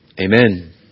Amen